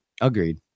Agreed